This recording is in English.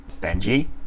Benji